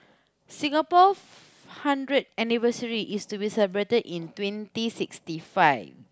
Singapore f~ hundred anniversary is to be celebrated in twenty sixty five